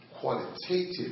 Qualitative